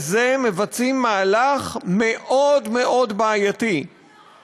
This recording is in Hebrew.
מבצעים בזה מהלך בעייתי מאוד מאוד.